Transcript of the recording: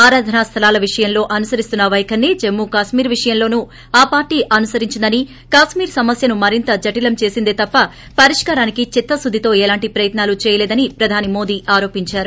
ఆరాధనా స్థలాల విషయంలో అనుసరిస్తున్న పైఖరినే జమ్మూకశ్మీర్ విషయంలోనూ ఆ పార్టీ అనుసరించిందని కశ్మీర్ సమస్యను మరింత జఠిలం చేసిందే తప్ప పరిష్కారానికి చిత్తశుద్గితో ఎలాంటి ప్రయత్నాలూ చేయలేదని ప్రదాని మోదీ ఆరోపించారు